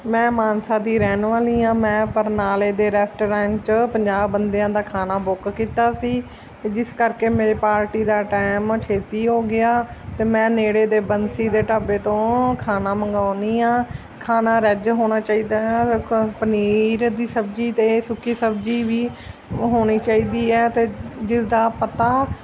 ਮੈਂ ਮਾਨਸਾ ਦੀ ਰਹਿਣ ਵਾਲੀ ਹਾਂ ਮੈਂ ਬਰਨਾਲੇ ਦੇ ਰੈਸਟੋਰੈਂਟ 'ਚ ਪੰਜਾਹ ਬੰਦਿਆਂ ਦਾ ਖਾਣਾ ਬੁੱਕ ਕੀਤਾ ਸੀ ਜਿਸ ਕਰਕੇ ਮੇਰੇ ਪਾਰਟੀ ਦਾ ਟਾਈਮ ਛੇਤੀ ਹੋ ਗਿਆ ਅਤੇ ਮੈਂ ਨੇੜੇ ਦੇ ਬੰਸੀ ਦੇ ਢਾਬੇ ਤੋਂ ਖਾਣਾ ਮੰਗਾਉਂਦੀ ਹਾਂ ਖਾਣਾ ਰੈਜ ਹੋਣਾ ਚਾਹੀਦਾ ਹੈ ਕ ਪਨੀਰ ਦੀ ਸਬਜ਼ੀ ਅਤੇ ਸੁੱਕੀ ਸਬਜ਼ੀ ਵੀ ਹੋਣੀ ਚਾਹੀਦੀ ਹੈ ਅਤੇ ਜਿਸ ਦਾ ਪਤਾ